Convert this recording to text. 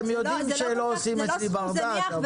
אתם יודעים שלא עושים אצלי ברדק,